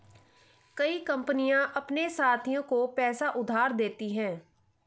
कई कंपनियां अपने साथियों को पैसा उधार देती हैं